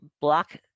Block